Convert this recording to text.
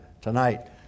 tonight